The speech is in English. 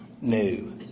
new